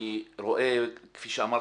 אני רואה כפי שאמרתי,